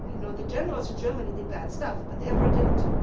you know the generals in germany did bad stuff, but the emperor didn't.